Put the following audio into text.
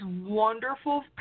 wonderful